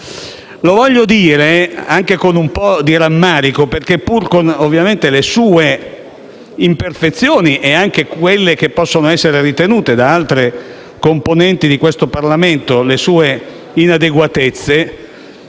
Lo voglio dire anche con un po' di rammarico perché, pur ovviamente con le sue imperfezioni - e anche con quelle che possono essere ritenute da altre componenti di questo Parlamento le sue inadeguatezze